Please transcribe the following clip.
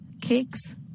cakes